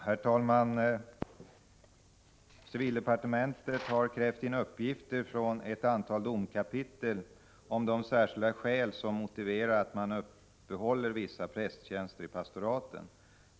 Herr talman! Civildepartementet har krävt in uppgifter från ett antal domkapitel om de särskilda skäl som motiverar att man uppehåller vissa prästtjänster i pastoraten.